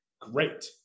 Great